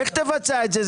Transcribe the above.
איך תבצע את זה?